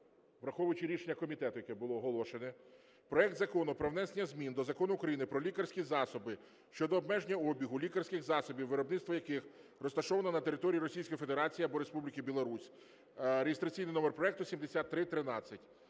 враховуючи рішення комітету, яке було оголошене, проект Закону про внесення змін до Закону України "Про лікарські засоби" щодо обмеження обігу лікарських засобів, виробництво яких розташовано на території Російської Федерації або Республіки Білорусь (реєстраційний номер проекту 7313).